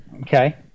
Okay